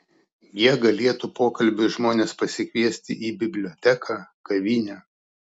jie galėtų pokalbiui žmones pasikviesti į biblioteką kavinę